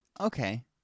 okay